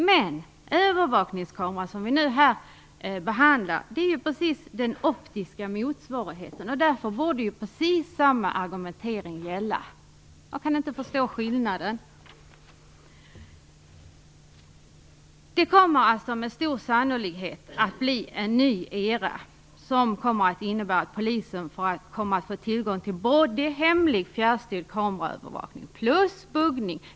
Men frågan om övervakningskameror, vilken vi här behandlar, gäller just den optiska motsvarigheten. Därför borde precis samma argumentering gälla. Jag kan inte förstå skillnaden här. Det kommer alltså med stor sannolikhet att bli en ny era, vilken kommer att innebära att polisen får tillgång till hemlig fjärrstyrd kameraövervakning plus buggning.